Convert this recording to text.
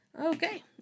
Okay